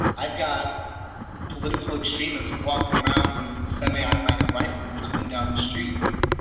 i've got political extremists walking around with semiautomatic rifles thumping down the streets.